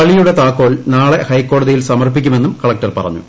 പള്ളിയുടെ താക്കോൽ നാളെ ഹൈക്കോടതിയിൽ സമർപ്പിക്കുമെന്നും കളക്ടർ പറഞ്ഞു